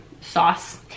sauce